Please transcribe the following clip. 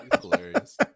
hilarious